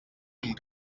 amb